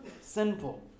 sinful